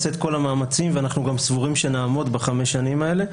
שנעשה את כל במאמצים ואנחנו גם סבורים שנעמוד בחמש שנים האלה.